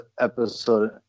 episode